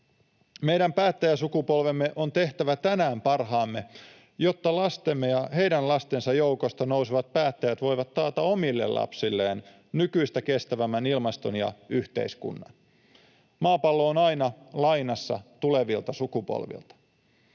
Meidän päättäjäsukupolvemme on tehtävä tänään parhaamme, jotta lastemme ja heidän lastensa joukosta nousevat päättäjät voivat taata omille lapsilleen nykyistä kestävämmän ilmaston ja yhteiskunnan. Maapallo on aina lainassa tulevilta sukupolvilta.